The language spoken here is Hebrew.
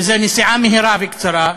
וזה נסיעה מהירה וקצרה,